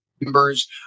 members